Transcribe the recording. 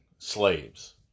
Slaves